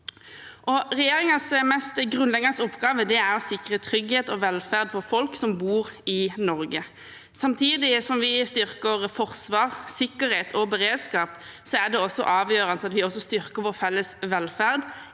Regjeringens mest grunnleggende oppgave er å sikre trygghet og velferd for folk som bor i Norge. Samtidig som vi styrker forsvar, sikkerhet og beredskap, er det avgjørende at vi styrker vår felles velferd,